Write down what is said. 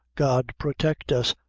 god protect us,